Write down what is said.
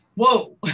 Whoa